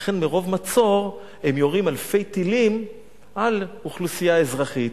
לכן מרוב מצור הם יורים אלפי טילים על אוכלוסייה אזרחית.